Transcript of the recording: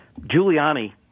Giuliani